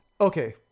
Okay